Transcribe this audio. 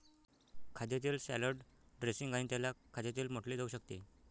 खाद्यतेल salad dressing आणि त्याला खाद्यतेल म्हटले जाऊ शकते